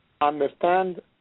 understand